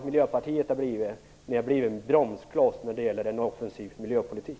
Miljöpartiet har blivit en bromskloss för en offensiv miljöpolitik.